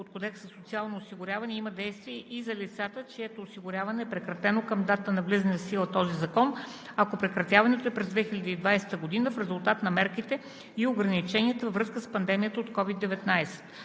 от Кодекса за социално осигуряване има действие и за лицата, чието осигуряване е прекратено към датата на влизане в сила на този закон, ако прекратяването е през 2020 г., в резултат на мерките и ограниченията във връзка с пандемията от COVID-19.